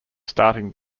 starting